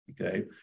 Okay